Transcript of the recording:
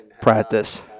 practice